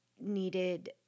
needed